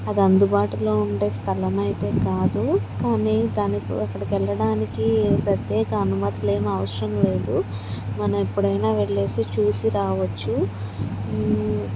అది అందుబాటులో ఉండే స్థలం అయితే కాదు కానీ దానికి అక్కడికి వెళ్ళడానికి ప్రత్యేక అనుమతులు ఏమి అవసరం లేదు మనం ఎప్పుడైనా వెళ్ళేసి చూసి రావచ్చు